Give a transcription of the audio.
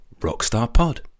rockstarpod